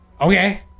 okay